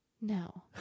No